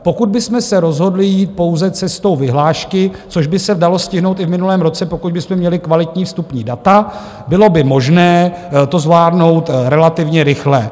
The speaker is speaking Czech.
Pokud bychom se rozhodli jít pouze cestou vyhlášky, což by se v dalo stihnout i v minulém roce, pokud bychom měli kvalitní vstupní data, bylo by možné to zvládnout relativně rychle.